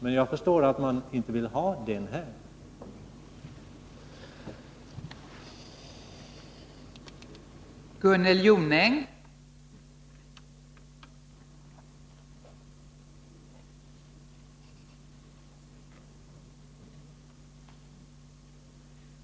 Men jag förstår att man inte vill föra den diskussionen här.